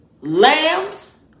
Lambs